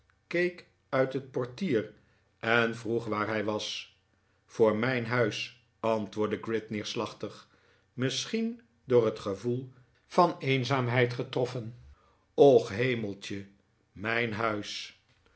keek uit het portier en vroeg waar hij was voor mijn huis antwoordde gride neerslachtig misschien door het gevoel van eenzaamheid getroffen och hemeltje mijn huis